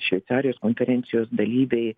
šveicarijos konferencijos dalyviai